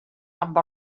amb